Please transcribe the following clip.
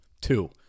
two